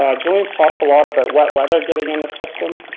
julien's talked a lot about wet weather getting in the system.